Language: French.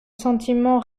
sentiment